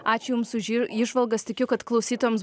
ačiū jums už į įžvalgas tikiu kad klausytojams